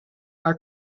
are